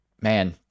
Man